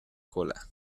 cola